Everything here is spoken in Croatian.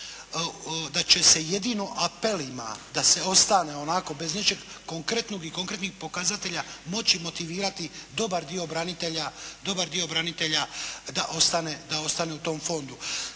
da će se jedino apelima da sve ostane onako bez nečeg konkretnog i konkretnih pokazatelja moći motivirati dobar dio branitelja da ostane u tom fondu.